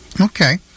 okay